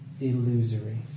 Illusory